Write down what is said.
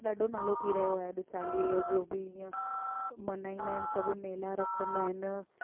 ॾाढो नालो थी रहियो आह्व अॼु चालीअ जो बि ईअं मल्हाईंदा आहिनि सभु मेला रखंदा आहिनि